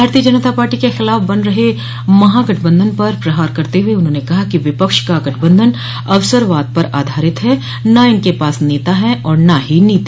भारतीय जनता पाटी के खिलाफ बन रहे महागठबंधन पर प्रहार करते हुए उन्होंने कहा कि विपक्ष का गठबंधन अवसरवाद पर आधारित है न इनक पास नेता है और न ही नीति